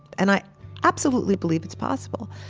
and i absolutely believe it's possible,